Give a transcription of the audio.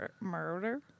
murder